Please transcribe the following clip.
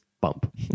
bump